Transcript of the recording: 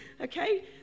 okay